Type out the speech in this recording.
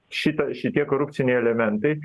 šita šitie korupciniai elementai